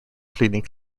pleading